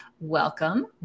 welcome